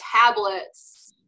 tablets